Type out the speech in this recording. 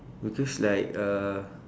because like uh